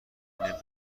قوانین